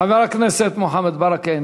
חבר הכנסת מוחמד ברכה,